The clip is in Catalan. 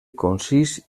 concís